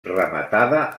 rematada